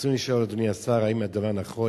רצוני לשאול, אדוני השר: 1. האם הדבר נכון?